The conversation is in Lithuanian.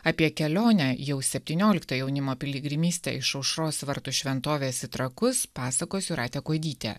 apie kelionę jau septynioliktą jaunimo piligrimystę iš aušros vartų šventovės į trakus pasakos jūratė kuodytė